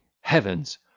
heavens